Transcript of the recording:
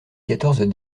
quatorze